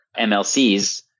MLCs